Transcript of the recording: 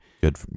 Good